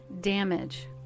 damage